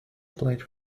played